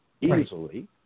easily